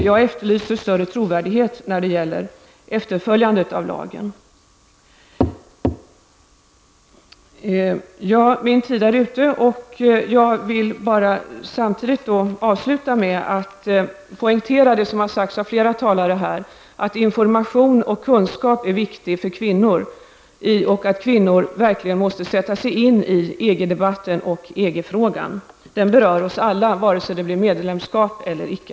Jag efterlyser större trovärdighet när det gäller efterlevandet av lagen. Min tid är ute och jag vill bara avsluta med att poängtera vad som har sagts av flera talare här, nämligen att information och kunskap är viktig för kvinnor och att kvinnor verkligen måste sätta sig in i EG-debatten och EG-frågorna. Det berör oss alla vare sig det blir medlemskap eller icke.